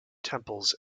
temples